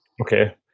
Okay